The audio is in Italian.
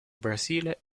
brasile